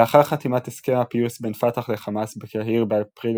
לאחר חתימת הסכם הפיוס בין פת"ח לחמאס בקהיר באפריל